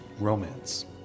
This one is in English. romance